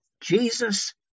Jesus